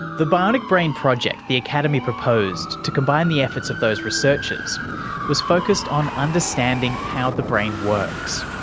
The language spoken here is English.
the bionic brain project the academy proposed to combine the efforts of those researchers was focused on understanding how the brain works,